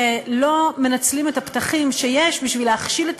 שלא מנצלים את הפתחים שיש בשביל להכשיל את